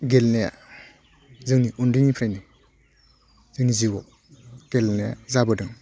गेलेनाया जोंनि उन्दैनिफ्रायनो जोंनि जिउआव गेलेनाया जाबोदों